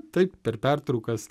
taip per pertraukas